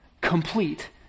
complete